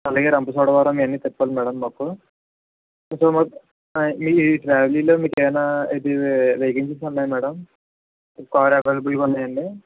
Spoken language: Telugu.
అలాగే రంపచోడవరం ఇవన్ని తిప్పాలి మ్యాడం మాకు ఈ ట్రావెలీలో మీకేమయినా ఇది వే వేకెన్సీస్ ఉన్నాయా మ్యాడం కార్ అవైలబుల్గా ఉన్నాయండి